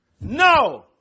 No